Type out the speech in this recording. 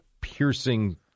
piercing